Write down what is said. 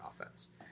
offense